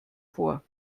vor